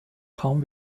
kaum